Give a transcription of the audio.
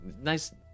nice